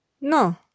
No